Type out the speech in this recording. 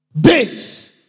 base